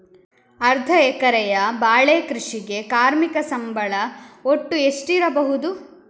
ಅರ್ಧ ಎಕರೆಯ ಬಾಳೆ ಕೃಷಿಗೆ ಕಾರ್ಮಿಕ ಸಂಬಳ ಒಟ್ಟು ಎಷ್ಟಿರಬಹುದು?